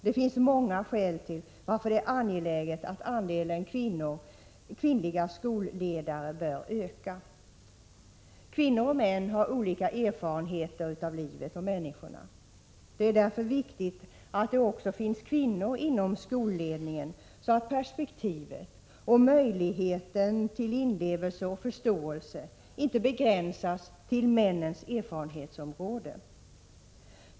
Det finns många skäl till varför det är angeläget att andelen kvinnliga skolledare bör öka. Kvinnor och män har olika erfarenheter av livet och människorna. Det är därför viktigt att det även finns kvinnor inom skolledningen, så att perspektivet och möjligheterna till inlevelse och förståelse inte begränsas till männens erfarenhetsområde.